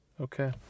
Okay